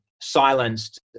silenced